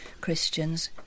Christians